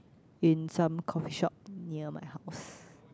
in some coffee shop near my house